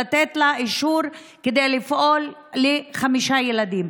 לתת להם אישור כדי לפעול עם חמישה ילדים.